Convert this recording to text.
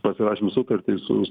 pasirašėm sutartį su